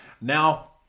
Now